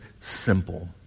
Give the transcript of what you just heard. simple